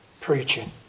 preaching